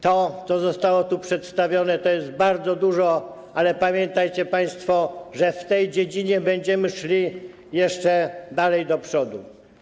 To co zostało tu przedstawione, to jest bardzo dużo, ale pamiętajcie państwo, że w tej dziedzinie będziemy szli jeszcze dalej do przodu.